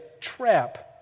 trap